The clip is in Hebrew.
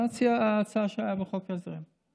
זאת ההצעה שהייתה בחוק ההסדרים: